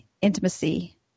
intimacy